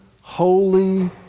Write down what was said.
holy